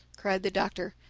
cried the doctor,